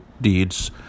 deeds